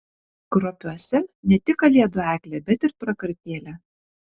kruopiuose ne tik kalėdų eglė bet ir prakartėlė